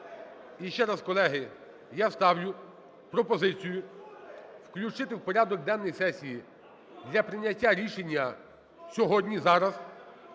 Ще раз, колеги, я ставлю пропозицію включити в порядок денний сесії для прийняття рішення сьогодні, зараз,